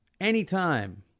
anytime